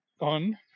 On